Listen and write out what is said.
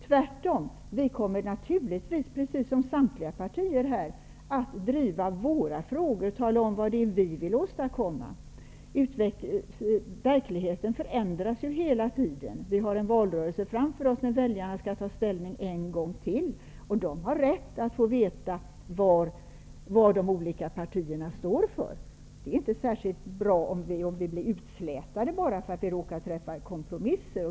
Tvärtom -- vi kommer naturligtvis, precis som alla andra partier, att driva våra frågor och tala om vad det är vi vill åstadkomma. Verkligenheten förändras ju hela tiden. Vi har en valrörelse framför oss och ett val då väljarna skall ta ställning en gång till. Väljarna har då rätt att få veta vad de olika partierna står för. Det är inte särskilt bra om vi blir utslätade bara därför att vi råkat träffa en kompromiss.